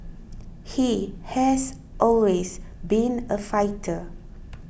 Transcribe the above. he has always been a fighter